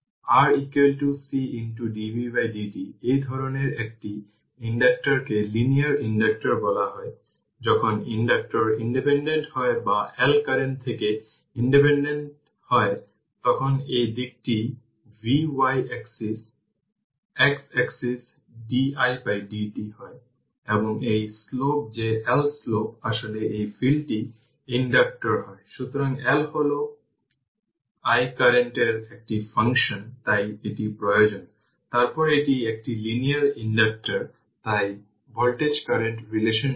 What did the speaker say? সুতরাং এটি 75 e 25 t volt এবং ix vx15 কারণ এটি 15 Ω রেজিস্ট্যান্স জুড়ে ভোল্টেজটি vx